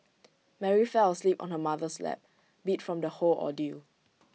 Mary fell asleep on her mother's lap beat from the whole ordeal